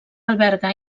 alberga